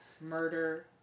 murder